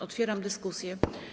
Otwieram dyskusję.